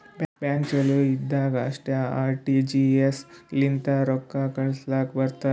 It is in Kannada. ಬ್ಯಾಂಕ್ ಚಾಲು ಇದ್ದಾಗ್ ಅಷ್ಟೇ ಆರ್.ಟಿ.ಜಿ.ಎಸ್ ಲಿಂತ ರೊಕ್ಕಾ ಕಳುಸ್ಲಾಕ್ ಬರ್ತುದ್